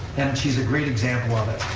and she's a great example of it.